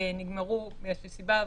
כן ייאמר משהו דומה למה שנאמר בסעיף 7א לחוק,